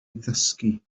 ddysgu